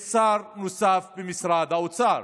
שיש שר נוסף במשרד האוצר.